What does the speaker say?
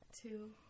two